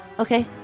Okay